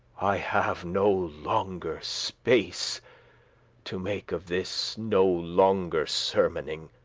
i have no longer space to make of this no longer sermoning